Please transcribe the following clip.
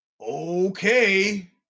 Okay